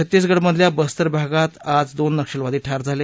छत्तीसगडमधल्या बस्तर भागात आज दोन नक्षलवादी ठार झाले